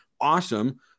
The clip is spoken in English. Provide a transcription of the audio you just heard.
awesome